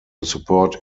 support